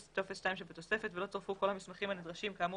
טופס 2 שבתוספת ולא צורפו כל המסמכים הנדרשים כאמור